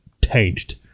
tanked